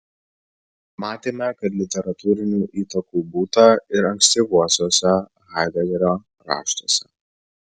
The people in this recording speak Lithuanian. matėme kad literatūrinių įtakų būta ir ankstyvuosiuose haidegerio raštuose